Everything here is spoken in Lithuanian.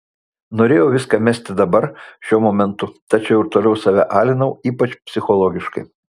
norėjau viską mesti dabar šiuo momentu tačiau ir toliau save alinau ypač psichologiškai